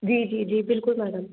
जी जी जी बिल्कुल मैडम